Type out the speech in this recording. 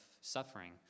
suffering